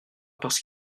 parce